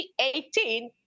2018